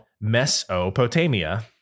mesopotamia